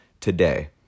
today